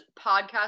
podcast